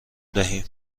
دهیم